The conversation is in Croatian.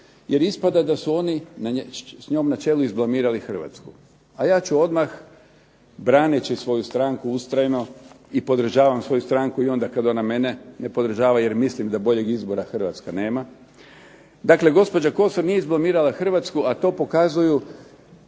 jer ispada da su oni s njom na čelu izblamirali Hrvatsku. A ja ću odmah braneći svoju stranku ustrajno, i podržavam svoju stranku i onda kad ona mene ne podržava, jer mislim da boljeg izbora Hrvatska nema. Dakle gospođa Kosor nije izblamirala Hrvatsku, a to pokazuju